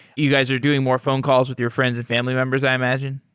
you guys are doing more phone calls with your friends and family members i imagine?